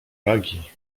wagi